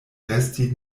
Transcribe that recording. resti